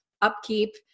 upkeep